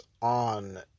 on